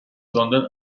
sondern